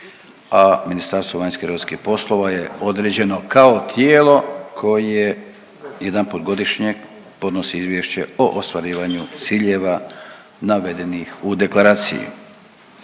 u prosincu 2018., a MVEP je određeno kao tijelo koje jedanput godišnje podnosi izvješće o ostvarivanju ciljeva navedenih u Deklaraciji.